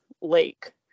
lake